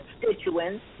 constituents